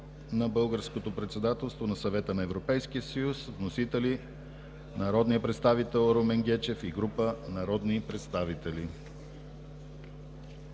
на българското председателство на Съвета на Европейския съюз. Вносители: народният представител Румен Гечев и група народни представители.